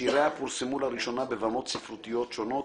שיריה פורסמו בבמות ספרותיות שונות